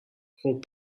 خوب